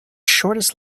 shortest